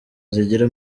zigira